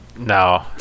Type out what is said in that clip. No